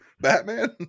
Batman